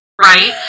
right